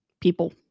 people